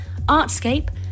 Artscape